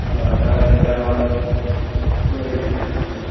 آ دارِ درواز سورٕے کیٚنٛہہ بَنہِ یٔتِے